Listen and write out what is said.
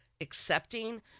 accepting